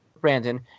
Brandon